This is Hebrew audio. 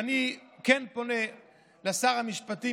ואני כן פונה לשר המשפטים,